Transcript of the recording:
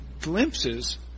glimpses